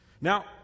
Now